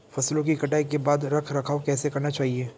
फसलों की कटाई के बाद रख रखाव कैसे करना चाहिये?